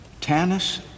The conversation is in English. Tannis